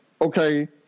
okay